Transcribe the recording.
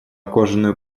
кожаную